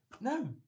No